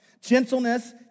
Gentleness